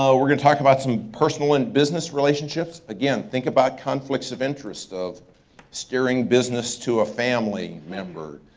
ah we're gonna talk about some personal and business relationships. again, think about conflicts of interest of steering business to a family member,